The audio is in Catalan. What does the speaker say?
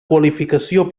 qualificació